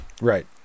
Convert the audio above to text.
Right